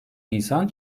nisan